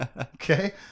Okay